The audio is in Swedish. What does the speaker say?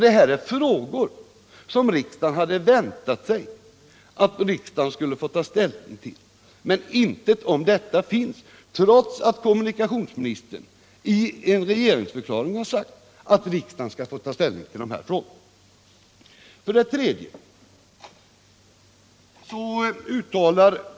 Det här är frågor som riksdagen hade väntat sig att få ta ställning till, men intet om detta finns i propositionen trots att kommunikationsministern i en regeringsförklaring har sagt att riksdagen skall få ta ställning i de här frågorna. 4.